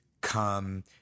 come